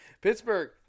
Pittsburgh